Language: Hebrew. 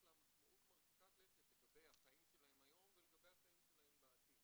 יש לה משמעות מרחיקת לכת לגבי החיים שלהם היום ולגבי החיים שלהם בעתיד,